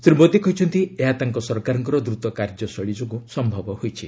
ଶ୍ରୀ ମୋଦୀ କହିଛନ୍ତି ଏହା ତାଙ୍କ ସରକାରଙ୍କ ଦ୍ରତ କାର୍ଯ୍ୟ ଶୈଳୀ ଯୋଗୁଁ ସମ୍ଭବ ହୋଇଛି